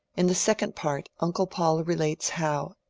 in the second part uncle paul relates how,